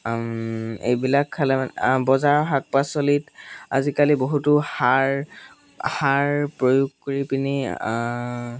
এইবিলাক খালে মানে বজাৰৰ শাক পাচলিত আজিকালি বহুতো সাৰ সাৰ প্ৰয়োগ কৰি পিনি